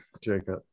Jacob